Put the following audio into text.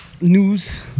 news